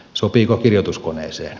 sopiiko kirjoituskoneeseen